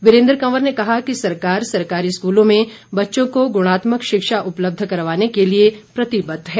वीरेन्द्र कंवर ने कहा कि सरकार सरकारी स्कूलों में बच्चों को गुणात्मक शिक्षा उपलब्ध करवाने के लिए प्रतिबद्ध है